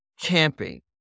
camping